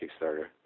Kickstarter